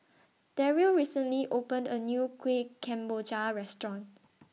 Darryl recently opened A New Kueh Kemboja Restaurant